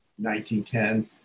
1910